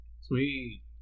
Sweet